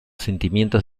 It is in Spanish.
sentimientos